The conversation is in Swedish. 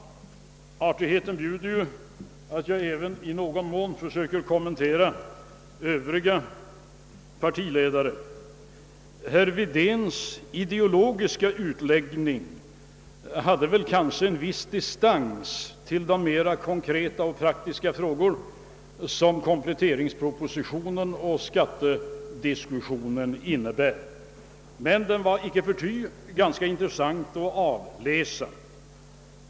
Artigheten bjuder att jag även i någon mån försöker kommentera övriga partiledares inlägg. Herr Wedéns ideologiska utläggning hade kanske en viss distans till de mera konkreta och praktiska frågor som kompletteringspropositionen och skattediskussionen behandlar. Men den var icke förty ganska intressant att få del av.